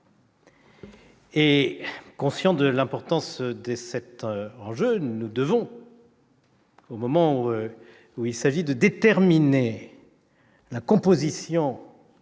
Conscients de l'importance de cet enjeu, nous devons, au moment où il s'agit de déterminer la composition